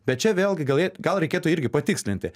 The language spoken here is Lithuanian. bet čia vėlgi gal gal reikėtų irgi patikslinti